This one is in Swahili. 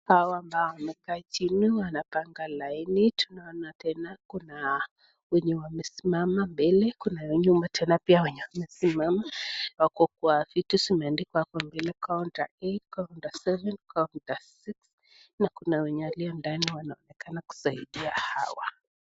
Hawa ambao wamekaa chini wanapanga laini, tunaona tena kuna wenye wamesimama mbele, kuna wenye nyuma tena pia wenye wamesimama, wako kwa vitu zimeandikwa hapo mbele counter eight, counter seven, counter six, na kuna wenye walio ndani wanaonekana kusaidia hawa.